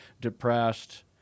depressed